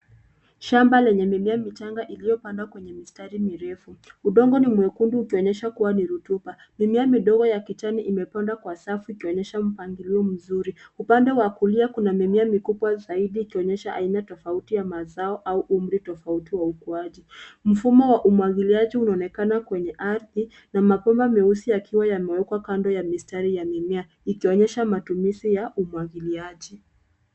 Shamba lenye mimea michanga iliyopandwa kwenye mistari mirefu. Udongo ni mwekundu ukionyesha kuwa ni rutuba. Mimea midogo ya kijana imepandwa kwa safu ukionyesha mpangilio mzuri. Upande wa kulia kuna mimea mikubwa zaidi ikionyesha aina tofauti ya mazao au umri tofauti wa ukuaji. Mfumo wa umwagiliaji unaonekana kwenye ardhi na mabomba meusi yakiwa yamewekwa kando ya mistari ya mimea ikionyesha matumizi ya umwagiliaji.